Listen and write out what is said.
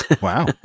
wow